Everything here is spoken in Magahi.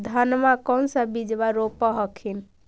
धनमा कौन सा बिजबा रोप हखिन?